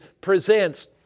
presents